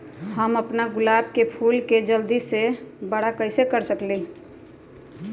हम अपना गुलाब के फूल के जल्दी से बारा कईसे कर सकिंले?